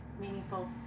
meaningful